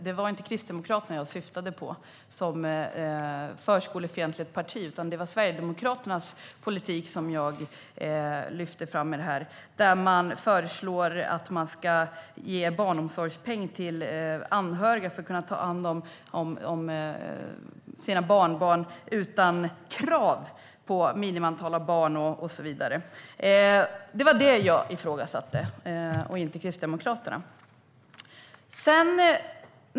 Det var inte Kristdemokraterna som jag syftade på som förskolefientligt parti, utan det var Sverigedemokraternas förslag att ge barnomsorgspeng till anhöriga för att de ska kunna ta hand om sina barnbarn utan krav på minimiantal barn och så vidare som jag ifrågasatte.